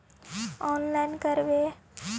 Online करवे?